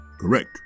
Correct